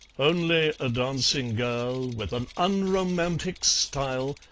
only a dancing girl, with an unromantic style,